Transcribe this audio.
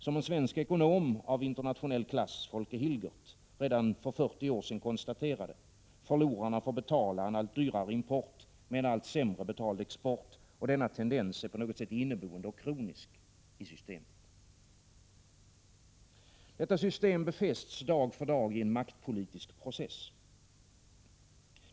Som en svensk ekonom av internationell klass, Folke Hilgert, redan för 40 år sedan konstaterade: Förlorarna får betala en allt dyrare import med en allt sämre betald export, och denna tendens är på något sätt inneboende och kronisk i systemet. Detta system befästs dag för dag i en maktpolitisk process.